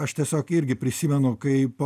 aš tiesiog irgi prisimenu kaip